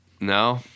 No